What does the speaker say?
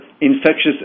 infectious